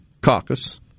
caucus